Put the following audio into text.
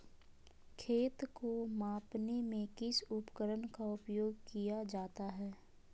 खेत को मापने में किस उपकरण का उपयोग किया जाता है?